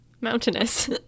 Mountainous